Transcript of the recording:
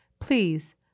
Please